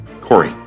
Corey